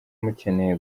mukeneye